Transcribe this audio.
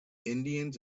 indians